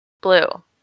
Blue